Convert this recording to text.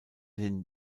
den